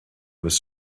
was